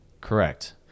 Correct